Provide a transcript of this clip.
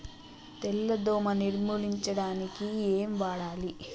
తెల్ల దోమ నిర్ములించడానికి ఏం వాడాలి?